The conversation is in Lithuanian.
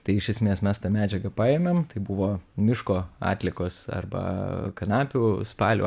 tai iš esmės mes tą medžiagą paėmėm tai buvo miško atliekos arba kanapių spalių